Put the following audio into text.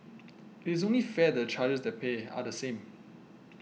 it is only fair that the charges that pay are the same